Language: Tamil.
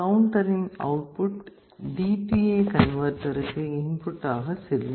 கவுண்டரின் அவுட்புட் DA கன்வேர்டருக்கு இன்புட் ஆக செல்லும்